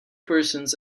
persons